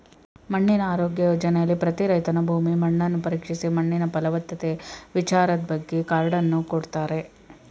ಮಣ್ಣಿನ ಆರೋಗ್ಯ ಯೋಜನೆಲಿ ಪ್ರತಿ ರೈತನ ಭೂಮಿ ಮಣ್ಣನ್ನು ಪರೀಕ್ಷಿಸಿ ಮಣ್ಣಿನ ಫಲವತ್ತತೆ ವಿಚಾರದ್ಬಗ್ಗೆ ಕಾರ್ಡನ್ನು ಕೊಡ್ತಾರೆ